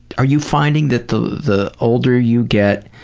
are you finding that the the older you get,